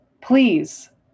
Please